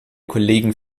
kollegen